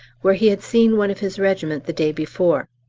where he had seen one of his regiment the day before.